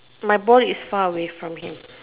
my ball is far away from him